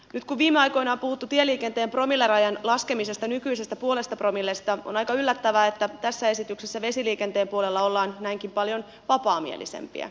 nyt kun viime aikoina on puhuttu tieliikenteen promillerajan laskemisesta nykyisestä puolesta promillesta on aika yllättävää että tässä esityksessä vesiliikenteen puolella ollaan näinkin paljon vapaamielisempiä